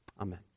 Amen